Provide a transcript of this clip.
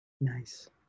nice